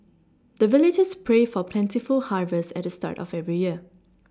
the villagers pray for plentiful harvest at the start of every year